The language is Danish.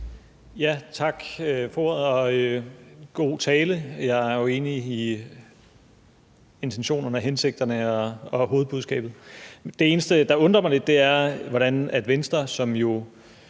jo enig i intentionerne og hensigterne og hovedbudskabet. Det eneste, der undrer mig lidt, er, hvordan Venstre, som